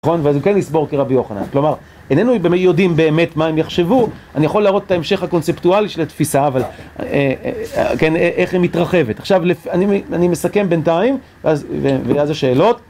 אז הוא כן יסבור כרבי יוחנן, כלומר איננו באמת יודעים באמת מה הם יחשבו, אני יכול להראות את ההמשך הקונספטואלי של התפיסה, איך היא מתרחבת, עכשיו אני מסכם בינתיים ואז השאלות.